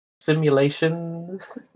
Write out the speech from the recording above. simulations